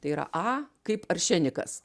tai yra a kaip aršenikas